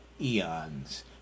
eons